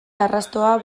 arrastoa